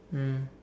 mm